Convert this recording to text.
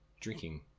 drinking